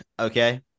Okay